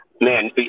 man